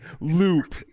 Loop